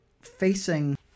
facing